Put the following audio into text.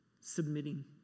submitting